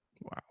Wow